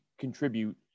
contribute